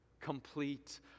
complete